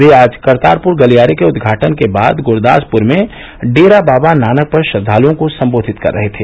वे आज करतारपुर गलियारे के उदघाटन के बाद गुरदासपुर में डेरा बाबा नानक पर श्रद्वालुओं को सम्बोधित कर रहे थे